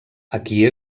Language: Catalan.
aquí